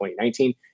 2019